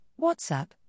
WhatsApp